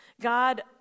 God